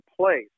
place